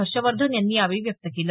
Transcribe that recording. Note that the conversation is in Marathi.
हर्षवर्धन यांनी यावेळी व्यक्त केलं